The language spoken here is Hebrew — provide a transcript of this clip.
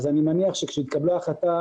אז אני מניח שכשהתקבלה ההחלטה,